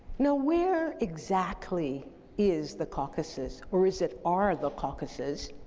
now, where exactly is the caucasus or is it are the caucasus?